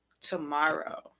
tomorrow